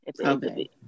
Okay